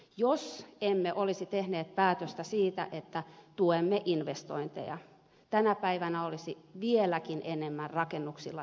jos emme olisi tehneet päätöstä siitä että tuemme investointeja tänä päivänä olisi vieläkin enemmän rakennuksilla työttömiä